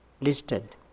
listed